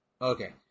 Okay